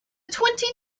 twenty